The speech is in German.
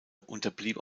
unterblieb